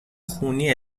خونی